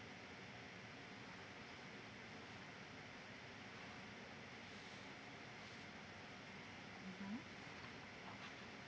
mmhmm